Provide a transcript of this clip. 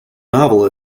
novel